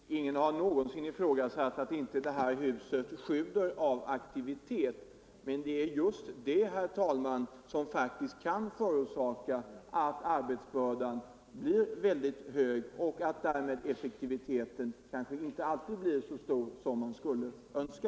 Herr talman! Ingen har någonsin ifrågasatt att det här huset sjuder av aktivitet, men det är just det, herr talman, som faktiskt kan förorsaka att arbetsbördan blir oerhört tung och att effektiviteten därmed kanske inte alltid blir så hög som man skulle önska: